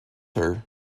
her